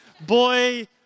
Boy